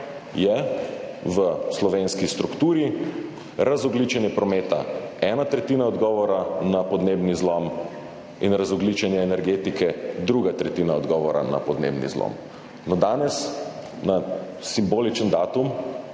je v slovenski strukturi razogljičenje prometa ena tretjina odgovora na podnebni zlom in razogljičenje energetike druga tretjina odgovora na podnebni zlom. No, danes, na simboličen datum,